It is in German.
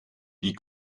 die